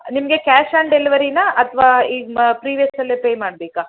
ನಿಮಗೆ cash on ಡೆಲಿವರಿನಾ ಅಥ್ವಾ ಈಗ್ ನಾ ಪ್ರಿವ್ಯಸ್ಸಲ್ಲೇ ಪೇ ಮಾಡಬೇಕಾ